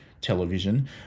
television